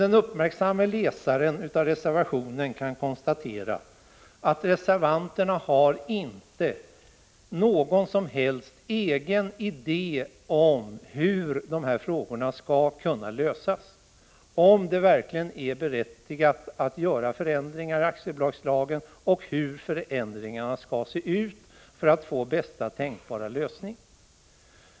Den uppmärksamme läsaren av reservationen kan konstatera att reservanterna inte har någon som helst egen idé om hur dessa frågor skall kunna lösas, om det verkligen är berättigat att göra förändringar i aktiebolagslagen och hur eventuella förändringar skall se ut för att vi skall få bästa tänkbara lösning.